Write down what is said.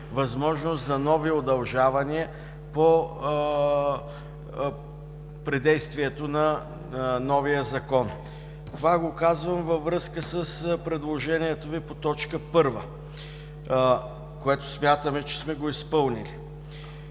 възможност за нови удължавания при действието на новия Закон. Това го казвам във връзка с предложението Ви по т. 1, което смятаме, че сме го изпълнили